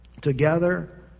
together